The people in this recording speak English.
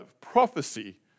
prophecy